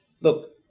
Look